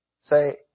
Say